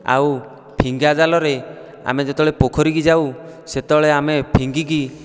ଆଉ ଫିଙ୍ଗା ଜାଲରେ ଆମେ ଯେତେବେଳେ ପୋଖରୀ କି ଯାଉ ସେତେବେଳେ ଆମେ ଫିଙ୍ଗିକି